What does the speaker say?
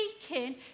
speaking